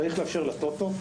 צריך לאפשר לטוטו,